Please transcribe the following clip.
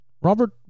Robert